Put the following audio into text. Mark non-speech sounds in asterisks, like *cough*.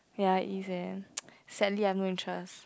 ya it is eh *noise* sadly I have no interest